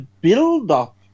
build-up